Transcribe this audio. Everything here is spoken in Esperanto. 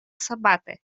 sabate